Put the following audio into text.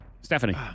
Stephanie